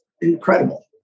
incredible